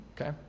Okay